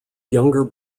younger